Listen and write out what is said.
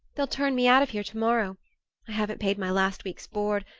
they'll turn me out of here to-morrow i haven't paid my last week's board,